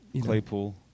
Claypool